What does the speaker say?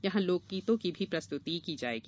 यहां लोकगीतों की भी प्रस्तुति की जायेगी